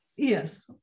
Yes